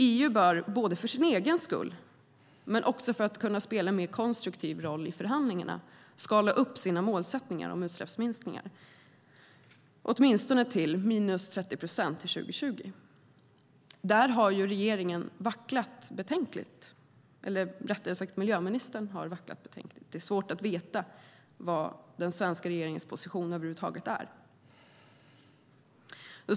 EU bör inte bara för sin egen skull utan även för att kunna spela en mer konstruktiv roll i förhandlingarna skala upp sina målsättningar om utsläppsminskningar till åtminstone minus 30 procent till 2020. Där har regeringen vacklat betänkligt, eller rättare sagt: Miljöministern har vacklat betänkligt. Det är svårt att veta vad den svenska regeringens position över huvud taget är.